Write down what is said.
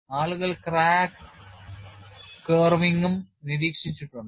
ആളുകൾ ക്രാക്ക് കർവിംഗും നിരീക്ഷിച്ചിട്ടുണ്ട്